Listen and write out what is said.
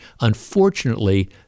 unfortunately—